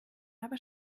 aber